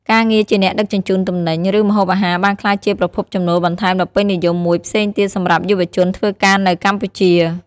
ការងារជាអ្នកដឹកជញ្ជូនទំនិញ ឬម្ហូបអាហារបានក្លាយជាប្រភពចំណូលបន្ថែមដ៏ពេញនិយមមួយផ្សេងទៀតសម្រាប់យុវជនធ្វើការនៅកម្ពុជា។